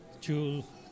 Jewel